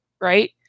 right